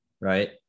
right